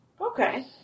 Okay